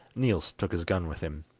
niels took his gun with him.